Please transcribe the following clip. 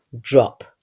drop